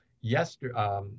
yesterday